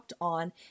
On